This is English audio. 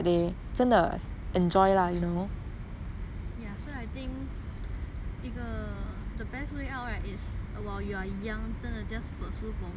ya so I think 一个 the best way out right it's while you are young 真的 just pursue for more thing try out more things then